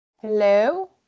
Hello